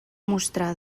mostrar